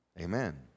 Amen